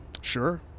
Sure